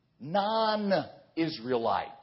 non-Israelite